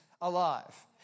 alive